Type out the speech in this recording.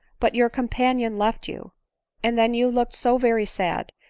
but your companion left you and then you looked so very sad,